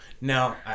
Now